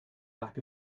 lack